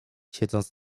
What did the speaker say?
siedząc